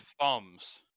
thumbs